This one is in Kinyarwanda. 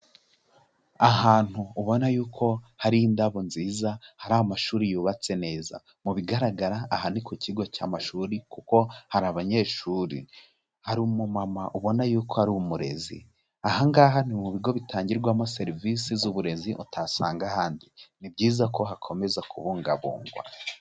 Ahantu ubona yuko hari indabo nziza hari amashuri yubatse neza, mu bigaragara aha ni ku kigo cy'amashuri kuko hari abanyeshuri, hari umumama ubona yuko ari umurezi, aha ngaha ni mu bigo bitangirwamo serivisi z'uburezi utasanga ahandi, ni byiza ko hakomeza kubungabungwa.